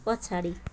पछाडि